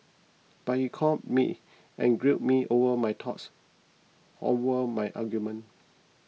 but he called me and grilled me over my thoughts over my argument